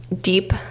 deep